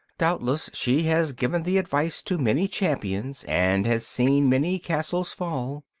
doubtless she has given the advice to many champions, and has seen many castles fall,